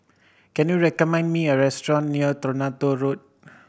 can you recommend me a restaurant near Toronto Road